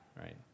right